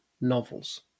novels